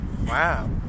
wow